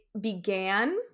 began